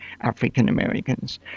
African-Americans